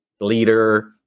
leader